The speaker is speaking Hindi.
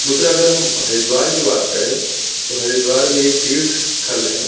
दूसरा अगर हम हरिद्वार की बात करें तो हरिद्वार भी एक तीर्थ स्थल है